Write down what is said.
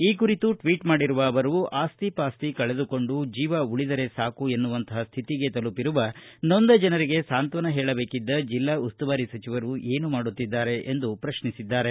ಈ ಕುರಿತು ಟ್ವೀಟ್ ಮಾಡಿರುವ ಅವರು ಆಸ್ತಿ ಪಾಸ್ತಿ ಕಳೆದುಕೊಂಡು ಜೀವ ಉಳಿದರೆ ಸಾಕು ಎನ್ನುವಂತಹ ಸ್ವಿತಿಗೆ ತಲುಪಿರುವ ನೊಂದ ಜನರಿಗೆ ಸಾಂತ್ವನ ಹೇಳಬೇಕಿದ್ದ ಜಿಲ್ಲಾ ಉಸ್ತುವಾರಿ ಸಚಿವರು ಏನು ಮಾಡುತ್ತಿದ್ದಾರೆ ಎಂದು ಪ್ರಶ್ನಿಸಿದ್ದಾರೆ